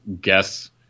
guess